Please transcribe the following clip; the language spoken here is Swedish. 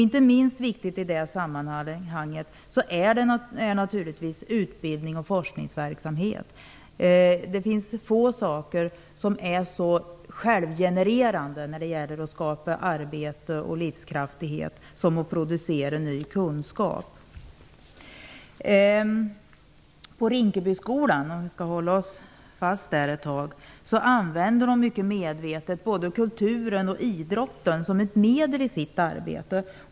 Inte minst viktig i det sammanhanget är naturligtvis utbildnings och forskningsverksamheten. Det finns få saker som är så självgenererande när det gäller att skapa arbete och livskraft som att producera ny kunskap. På Rinkebyskolan, om vi skall stanna där ett tag, använder de mycket medvetet både kulturen och idrotten som ett medel i sitt arbete.